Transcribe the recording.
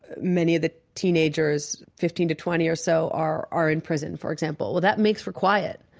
many of the teenagers, fifteen to twenty or so, are are in prison, for example. well, that makes for quiet.